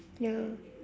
ya